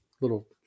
little